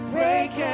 Break